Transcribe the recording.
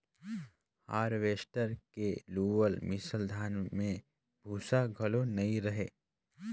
harvester के लुअल मिसल धान में भूसा घलो नई रहें